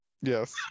Yes